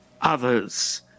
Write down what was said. others